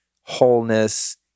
wholeness